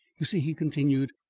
you see, he continued,